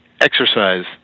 exercise